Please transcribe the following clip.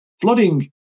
flooding